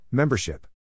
Membership